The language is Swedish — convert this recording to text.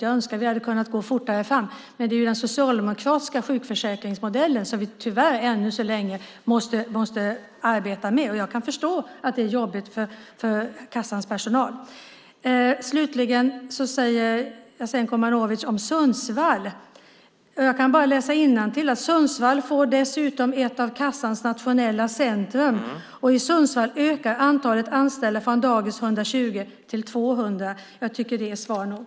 Jag önskar att vi hade kunnat gå fortare fram, men det är den socialdemokratiska sjukförsäkringsmodellen som vi tyvärr ännu så länge måste arbeta med. Jag kan förstå att det är jobbigt för kassans personal. Slutligen säger Jasenko Omanovic så här - jag kan bara läsa innantill - om Sundsvall: Sundsvall får dessutom ett av kassans nationella centrum, och i Sundsvall ökar antalet anställda från dagens 120 till 200. Jag tycker att det är svar nog.